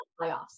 playoffs